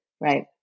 right